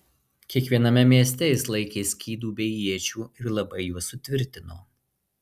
kiekviename mieste jis laikė skydų bei iečių ir labai juos sutvirtino